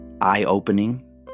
eye-opening